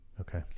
Okay